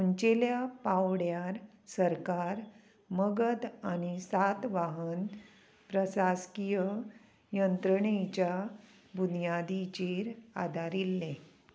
उंचेल्या पावड्यार सरकार मगद आनी सातवाहन प्रशासकीय यंत्रणेच्या बुनयादीचेर आदारिल्ले